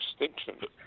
extinction